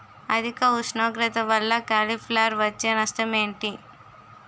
అధిక ఉష్ణోగ్రత వల్ల కాలీఫ్లవర్ వచ్చే నష్టం ఏంటి?